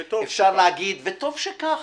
וטוב שכך.